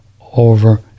over